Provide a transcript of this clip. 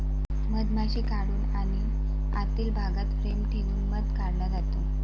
मधमाशी काढून आणि आतील भागात फ्रेम ठेवून मध काढला जातो